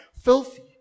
filthy